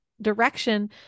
direction